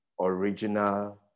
original